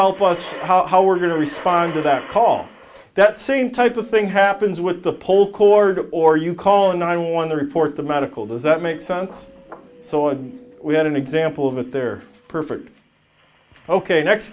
help us how we're going to respond to that call that same type of thing happens with the pole cord or you call and i want to report the medical does that make sense so and we had an example of it there perfect ok next